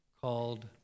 called